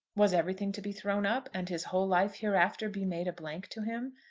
was everything to be thrown up, and his whole life hereafter be made a blank to him,